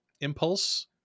impulse